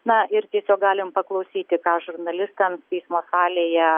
na ir tiesiog galim paklausyti ką žurnalistam teismo salėje